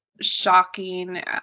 shocking